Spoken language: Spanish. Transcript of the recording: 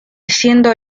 siendo